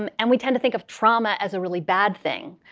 um and we tend to think of trauma as a really bad thing.